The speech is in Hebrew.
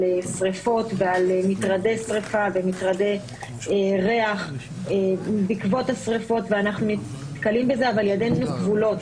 שריפות ועל מטרדי שריפה ומטרדי ריח בעקבות השריפות אבל ידינו כבולות,